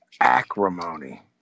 acrimony